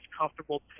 comfortable